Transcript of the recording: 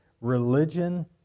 religion